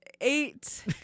Eight